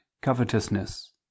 covetousness